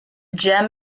gem